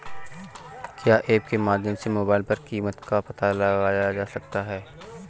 क्या ऐप के माध्यम से मोबाइल पर कीमत का पता लगाया जा सकता है?